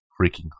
freaking